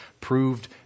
proved